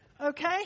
Okay